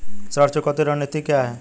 ऋण चुकौती रणनीति क्या है?